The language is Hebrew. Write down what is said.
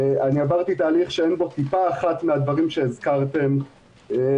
אני עברתי תהליך שאין בו טיפה אחת מן הדברים שהזכרתם שקשורים